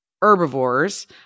herbivores